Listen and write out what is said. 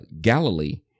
Galilee